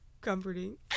comforting